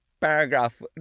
paragraph